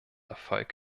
erfolg